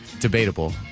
debatable